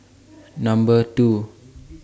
Number two